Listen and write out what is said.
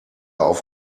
auf